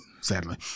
Sadly